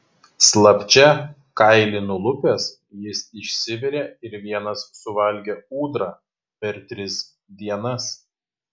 slapčia kailį nulupęs jis išsivirė ir vienas suvalgė ūdrą per tris dienas